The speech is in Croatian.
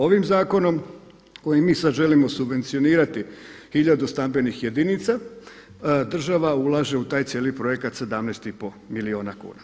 Ovim zakonom kojim mi sad želimo subvencionirati hiljadu stambenih jedinica država ulaže u taj cijeli projekat 17 i pol milijuna kuna.